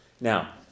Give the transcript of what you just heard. Now